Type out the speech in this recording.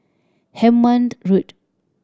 Hemmant Road